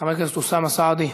חבר הכנסת אוסאמה סעדי.